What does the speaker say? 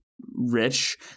rich